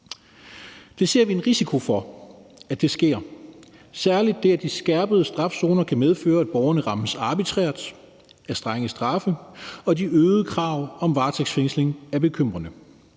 Det ser vi en risiko for sker, særlig det, at de målrettede skærpede strafzoner kan medføre, at borgerne rammes arbitrært af strenge straffe, og de øgede krav om varetægtsfængsling er bekymrende.